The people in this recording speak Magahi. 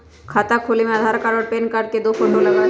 खाता खोले में आधार कार्ड और पेन कार्ड और दो फोटो लगहई?